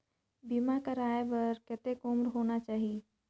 बीमा करवाय बार कतेक उम्र होना चाही?